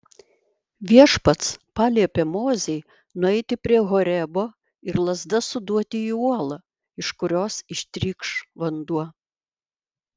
viešpats paliepė mozei nueiti prie horebo ir lazda suduoti į uolą iš kurios ištrykš vanduo